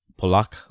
Polak